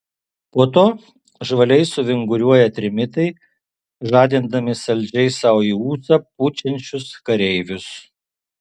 po to žvaliai suvinguriuoja trimitai žadindami saldžiai sau į ūsą pučiančius kareivius